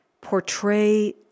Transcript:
portray